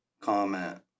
comment